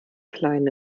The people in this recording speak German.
kleine